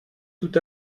tout